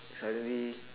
suddenly